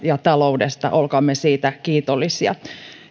ja taloudessa olkaamme siitä kiitollisia